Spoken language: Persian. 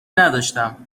نداشتم